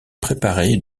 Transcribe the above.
préparer